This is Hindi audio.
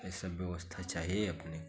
यह सब व्यवस्था चाहिए अपने को